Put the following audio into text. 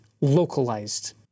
localized